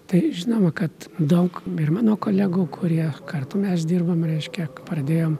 tai žinoma kad daug ir mano kolegų kurie kartu mes dirbam reiškia pradėjom